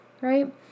right